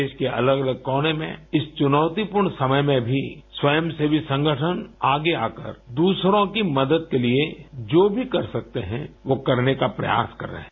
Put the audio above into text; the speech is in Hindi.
देश के अलग अलग कोने में इस चुनौतीपूर्ण समय में भी स्वयं सेवी संगठन आगे आकर द्रसरों की मदद के लिए जो भी कर सकते हैं वो करने का प्रयास कर रहे हैं